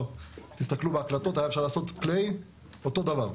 תסתכלו בהקלטות, היה אפשר לעשות Play - אותו דבר.